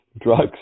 drugs